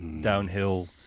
downhill